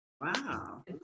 wow